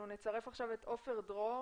אנחנו נצרף עכשיו את מר עופר דרור,